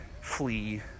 flee